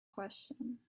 question